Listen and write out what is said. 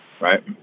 Right